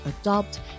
adopt